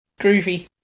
Groovy